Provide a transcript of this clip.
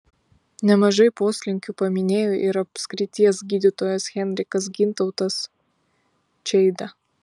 nemažai poslinkių paminėjo ir apskrities gydytojas henrikas gintautas čeida